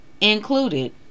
included